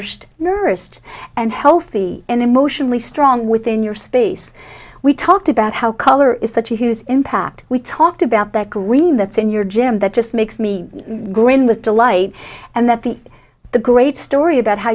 nursed and healthy and emotionally strong within your space we talked about how color is such a huge impact we talked about that green that's in your gym that just makes me grin with delight and that the the great story about how